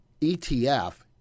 ETF